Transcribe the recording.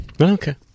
Okay